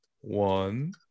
One